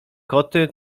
koty